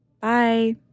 Bye